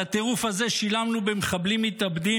על הטירוף הזה שילמנו במחבלים מתאבדים,